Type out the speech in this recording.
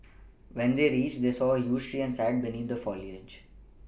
when they reached they saw a huge tree and sat beneath the foliage